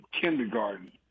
kindergarten